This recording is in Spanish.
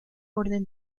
orden